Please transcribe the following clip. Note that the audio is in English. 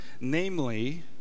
namely